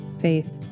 faith